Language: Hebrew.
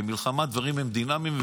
במלחמה דברים הם דינמיים.